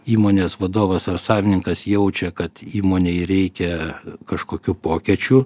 įmonės vadovas ar savininkas jaučia kad įmonei reikia kažkokių pokyčių